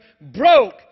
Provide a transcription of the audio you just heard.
broke